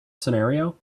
scenario